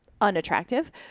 unattractive